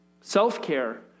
Self-care